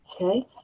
Okay